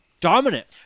Dominant